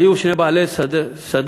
היו שני בעלי שדות,